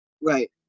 Right